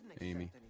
Amy